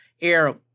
air